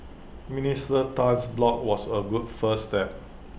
Minister Tan's blog was A good first step